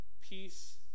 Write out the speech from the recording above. peace